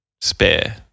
Spare